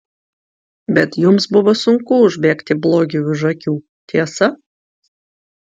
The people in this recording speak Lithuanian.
bet jums buvo sunku užbėgti blogiui už akių tiesa